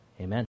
Amen